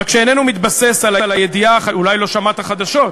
רק שאיננו מתבסס על הידיעה, אולי לא שמעת חדשות.